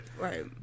right